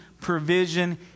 provision